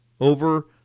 over